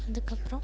அதுக்கப்புறம்